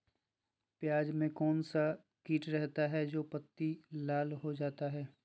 प्याज में कौन सा किट रहता है? जो पत्ती लाल हो जाता हैं